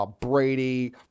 Brady